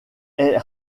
est